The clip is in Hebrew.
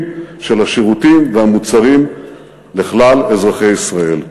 של השירותים והמוצרים לכלל אזרחי ישראל.